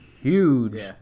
huge